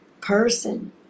person